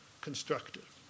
constructive